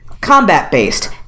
combat-based